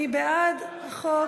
מי בעד החוק?